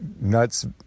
nuts